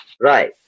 Right